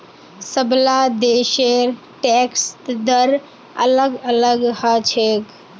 सबला देशेर टैक्स दर अलग अलग ह छेक